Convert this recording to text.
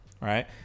right